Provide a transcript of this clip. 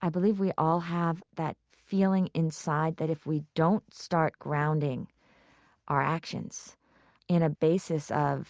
i believe we all have that feeling inside that, if we don't start grounding are actions in a basis of